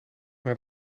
naar